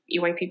EYP